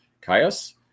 Caius